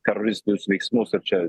teroristinius veiksmus ir čia